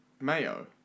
Mayo